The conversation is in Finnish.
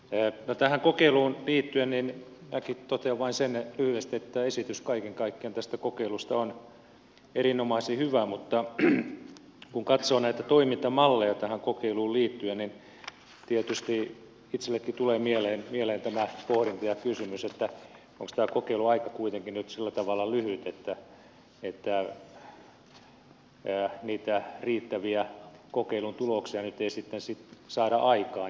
no tähän kokeiluun liittyen minäkin totean vain sen lyhyesti että tämä esitys kaiken kaikkiaan tästä kokeilusta on erinomaisen hyvä mutta kun katsoo näitä toimintamalleja tähän kokeiluun liittyen niin tietysti itsellekin tulee mieleen tämä pohdinta ja kysymys onko tämä kokeiluaika kuitenkin nyt sillä tavalla lyhyt että niitä riittäviä kokeilun tuloksia nyt ei sitten saada aikaan